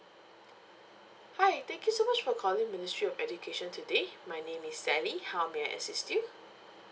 hi thank you so much for calling ministry of education today my name is sally how may I assist you